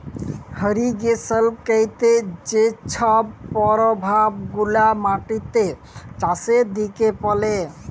irrigation ক্যইরতে যে ছব পরভাব গুলা মাটিতে, চাষের দিকে পড়ে